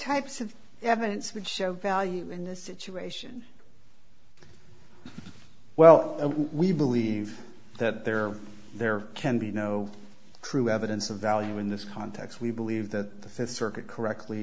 types of evidence would show value in this situation well we believe that there there can be no true evidence of value in this context we believe that the fifth circuit correctly